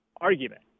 argument